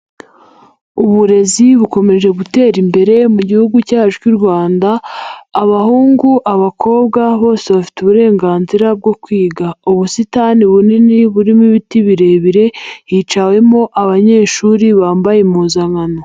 Uburezi bukomeje gutera imbere mu Gihugu cyacu cy'u Rwanda; abahungu, abakobwa, bose bafite uburenganzira bwo kwiga. Ubusitani bunini burimo ibiti birebire hicawemo abanyeshuri bambaye impuzankano.